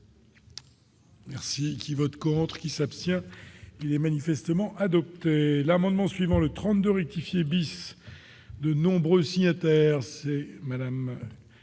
Merci qui vote contre qui s'abstient et manifestement adopté l'amendement suivant le 32 rectifier bis de nombreux signataires c'est madame